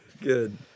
Good